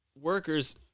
workers